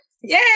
Yay